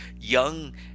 young